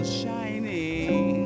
shining